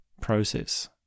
process